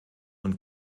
und